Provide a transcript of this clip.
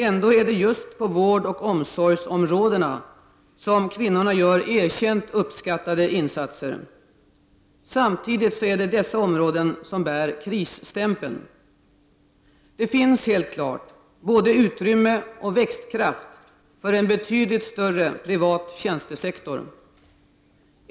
Ändå är det just på vårdoch omsorgsområdena som kvinnorna gör erkänt uppskattade insatser. Samtidigt är det dessa områden som bär krisstämpeln. Det finns helt klart både utrymme och växtkraft för en betydligt större privat tjänstesektor.